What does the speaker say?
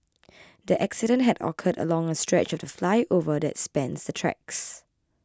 the accident had occurred along a stretch of the flyover that spans the tracks